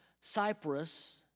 Cyprus